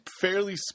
fairly